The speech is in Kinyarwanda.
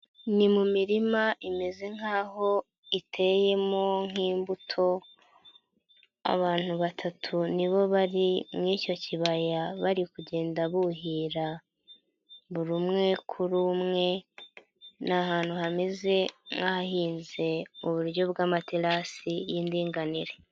Ni mu mirima imeze nkaho iteyemo imbuto, abantu batatu nibo bari mu icyo kibaya, bari kugenda buhira. Buri umwe kuri umwe, ni ahantu hameze nk'ahahinze mu buryo bw'amaterasi y'indinganire.